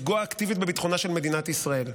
לפגוע אקטיבית בביטחונה של מדינת ישראל.